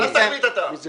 אל תחליט אתה.